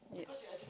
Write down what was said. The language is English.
yes